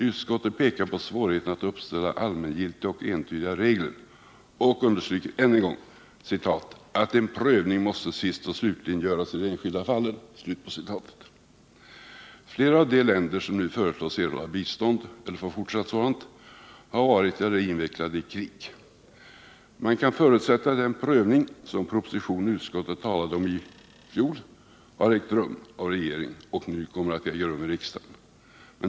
Utskottet pekade också på svårigheterna att uppställa allmängiltiga och entydiga regler och underströk än en gång: ”En prövning måste sist och slutligen göras i de enskilda fallen.” Flera av de länder som nu föreslås erhålla bistånd eller få fortsatt sådant har varit eller är invecklade i krig. Man kan förutsätta att den prövning som det i fjol talades om i proposition och utskottsbetänkande har ägt rum inom regeringen och nu kommer att äga rum i riksdagen.